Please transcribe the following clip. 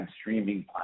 streaming